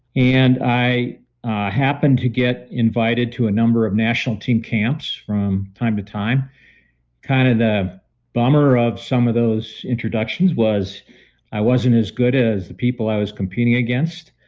and i happened to get invited to a number of national team camps from time to time kind of the bummer of some of those introductions was i wasn't as good as the people i was competing against.